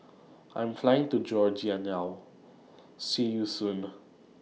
I Am Flying to Georgia now See YOU Soon